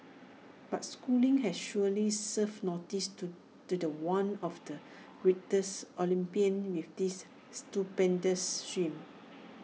but schooling has surely served notice to to The One of the greatest Olympian with this stupendous swim